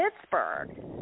Pittsburgh